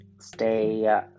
stay